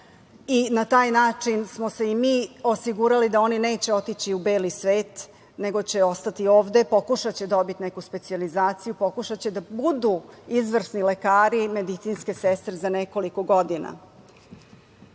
i na taj način smo se i mi osigurali da oni neće otići u beli svet nego će ostati ovde, pokušaće dobiti neku specijalizaciju, pokušaće da budu izvrsni lekari, medicinske sestre za nekoliko godina. Opet